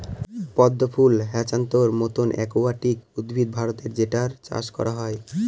পদ্ম ফুল হ্যাছান্থর মতো একুয়াটিক উদ্ভিদ ভারতে যেটার চাষ করা হয়